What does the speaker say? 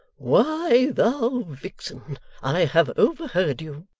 why, thou vixen i have overheard you.